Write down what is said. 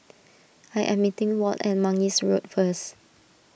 I am meeting Walt at Mangis Road first